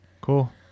Cool